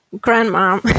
Grandma